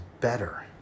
better